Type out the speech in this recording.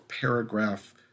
paragraph